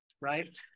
right